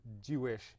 Jewish